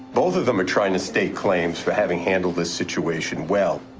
both of them are trying to stake claims for having handled this situation well.